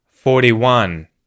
Forty-one